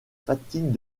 fatigues